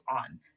on